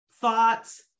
thoughts